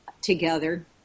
together